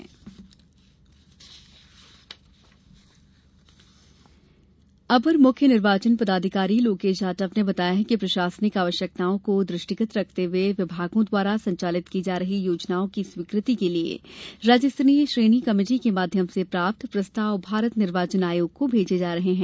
अपर मुख्य निर्वाचन पदाधिकारी अपर मुख्य निर्वाचन पदाधिकारी लोकेश जाटव ने बताया है कि प्रशासनिक आवश्यकताओं को द्र ष्टिगत रखते हए विभागों द्वारा संचालित की जा रही योजनाओं की स्वीकृति के लिये राज्य स्तरीय श्रेणी कमेटी के माध्यम से प्राप्त प्रस्ताव भारत निर्वाचन आयोग को भेजे जा रहे हैं